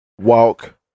walk